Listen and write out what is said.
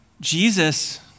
Jesus